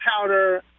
powder